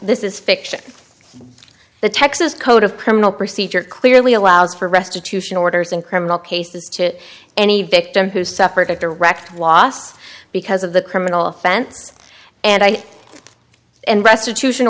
this is fiction the texas code of criminal procedure clearly allows for restitution orders in criminal cases to any victim who suffered a direct loss because of the criminal offense and i and restitution